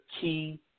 key